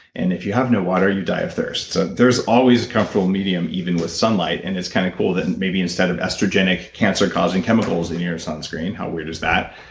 and if you have no water you die of thirst, so there's always a comfortable medium even with sunlight, and it's kind of cool that maybe instead of estrogenic cancer causing chemicals in your sunscreen how weird is that,